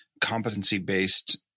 competency-based